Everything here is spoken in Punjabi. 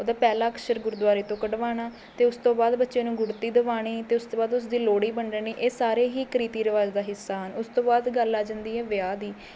ਉਹਦਾ ਪਹਿਲਾ ਅਕਸ਼ਰ ਗੁਰਦੁਆਰੇ ਤੋਂ ਕਢਵਾਉਣਾ ਅਤੇ ਉਸ ਤੋਂ ਬਾਅਦ ਬੱਚੇ ਨੂੰ ਗੁੜਤੀ ਦਵਾਉਣੀ ਅਤੇ ਉਸ ਤੋਂ ਬਾਅਦ ਉਸ ਦੀ ਲੋਹੜੀ ਵੰਡਣੀ ਇਹ ਸਾਰੇ ਹੀ ਇੱਕ ਰੀਤੀ ਰਿਵਾਜ ਦਾ ਹਿੱਸਾ ਹਨ ਉਸ ਤੋਂ ਬਾਅਦ ਗੱਲ ਆ ਜਾਂਦੀ ਹੈ ਵਿਆਹ ਦੀ